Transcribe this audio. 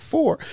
Four